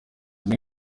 muri